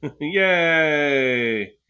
Yay